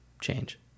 change